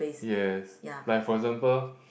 yes like for example